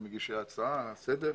ומגישי ההצעה לסדר,